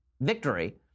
victory